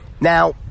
Now